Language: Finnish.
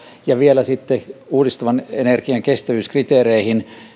ja vielä sitten uudistuvan energian kestävyyskriteereihin